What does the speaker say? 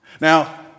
Now